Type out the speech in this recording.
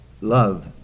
love